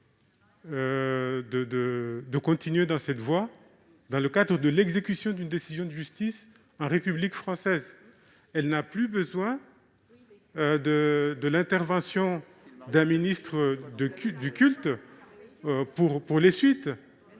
de continuer dans cette voie dans le cadre de l'exécution d'une décision de justice en République française ? Elle n'a plus besoin de l'intervention d'un ministre du culte pour les suites